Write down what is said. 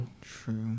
true